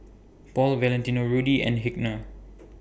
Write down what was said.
Paul Valentino Rudy and